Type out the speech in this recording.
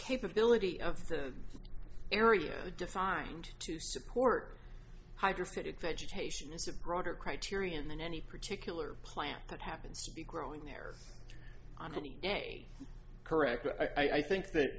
capability of the area defined to support hydrostatic vegetation is a broader criterion than any particular plant that happens to be growing there on any day correct i think that